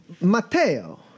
Matteo